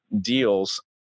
deals